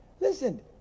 Listen